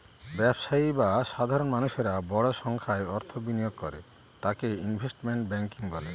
ব্যবসায়ী বা সাধারণ মানুষেরা বড় সংখ্যায় অর্থ বিনিয়োগ করে তাকে ইনভেস্টমেন্ট ব্যাঙ্কিং বলে